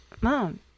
Mom